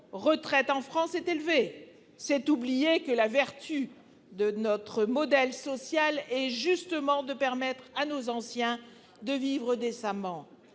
retraite en France est élevé. C'est oublier que la vertu de notre modèle social est justement de permettre à nos anciens de vivre décemment.